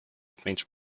print